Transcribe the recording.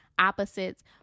opposites